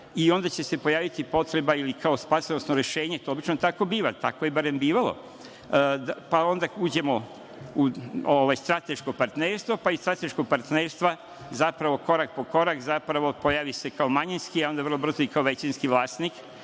onda će se pojaviti potreba ili kao spasonosno rešenje, to obično tako biva, tako je barem bivalo, pa onda uđemo u strateško partnerstvo, pa iz strateškog partnerstva zapravo korak po korak pojavi se kao manjinski, a onda vrlo brzo i kao većinski vlasnik